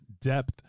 depth